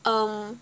um